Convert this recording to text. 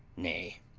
nay,